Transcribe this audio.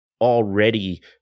already